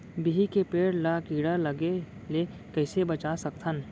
बिही के पेड़ ला कीड़ा लगे ले कइसे बचा सकथन?